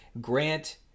Grant